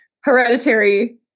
Hereditary